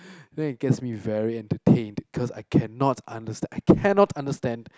then it gets me very entertained cause I cannot understand I cannot understand